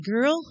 Girl